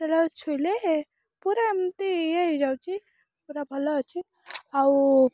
ସେଇଟାକୁ ଛୁଇଁଲେ ପୁରା ଏମ୍ତି ଇଏ ହେଇ ଯାଉଛି ପୁରା ଭଲ ଅଛି ଆଉ